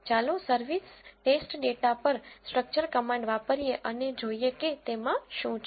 ચાલો service test data પર structure command વાપરીએ અને જોઈએ કે તેમાં શું છે